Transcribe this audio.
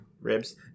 ribs